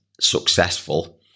successful